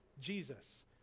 Jesus